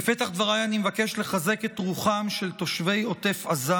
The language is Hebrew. בפתח דבריי אני מבקש לחזק את רוחם של תושבי עוטף עזה